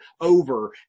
over